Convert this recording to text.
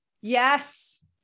Yes